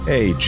Hey